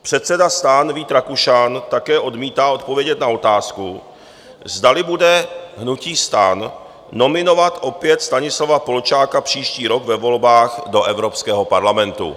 Předseda STAN Vít Rakušan také odmítá odpovědět na otázku, zdali bude hnutí STAN nominovat opět Stanislava Polčáka příští rok ve volbách do Evropského parlamentu.